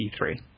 E3